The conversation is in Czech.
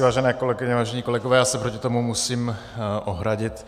Vážené kolegyně, vážení kolegové, já se proti tomu musím ohradit.